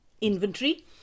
inventory